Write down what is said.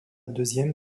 deuxième